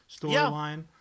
storyline